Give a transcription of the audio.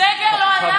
סגר לא היה?